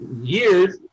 years